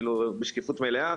בשקיפות מלאה.